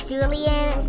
Julian